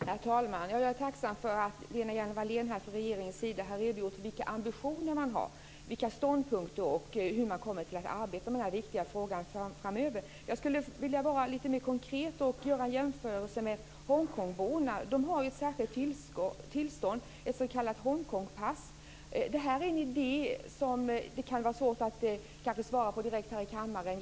Herr talman! Jag är tacksam för att Lena Hjelm Wallén har redogjort för vilka ambitioner och ståndpunkter som regeringen har och för hur man kommer att arbeta med den här viktiga frågan framöver. Jag skulle vilja vara lite mer konkret och göra en jämförelse med hongkongborna. De har ett särskilt tillstånd, ett s.k. Hongkongpass. Det kan vara svårt att ge något besked här i kammaren.